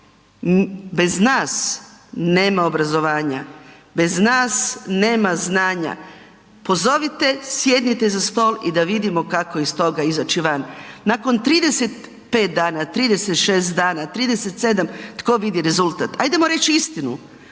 bez nas nema obrazovanja, bez nas nema znanja, pozovite, sjednite za stol i da vidimo kako iz toga izaći van. Nakon 35 dana, 36 dana, 37 tko vidi rezultat? Ajdemo reći istinu,